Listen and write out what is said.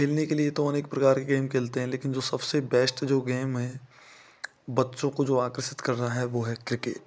खेलने के लिए तो अनेक प्रकार के गेम खेलते हैं लेकिन सबसे बेस्ट जो गेम है बच्चों को जो आकर्षित कर रहा है वह है क्रिकेट